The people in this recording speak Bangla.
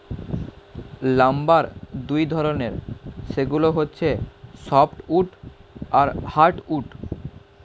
লাম্বার দুই ধরনের, সেগুলো হচ্ছে সফ্ট উড আর হার্ড উড